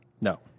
No